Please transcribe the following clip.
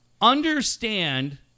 understand